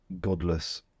godless